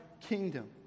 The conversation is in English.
kingdom